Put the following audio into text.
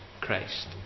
Christ